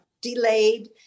delayed